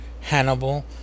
Hannibal